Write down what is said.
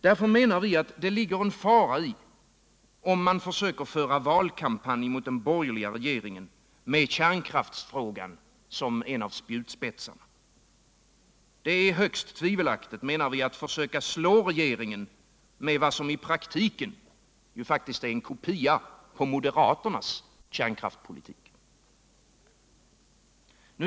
Därför menar vi att det ligger en fara i om man försöker föra valkampanj mot den borgerliga regeringen med kärnkraftsfrågan som en av spjutspetsarna. Det är högst tvivelaktigt att försöka slå regeringen med vad som i praktiken faktiskt är en kopia av moderaternas kärnkraftspolitik.